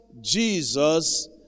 Jesus